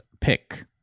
pick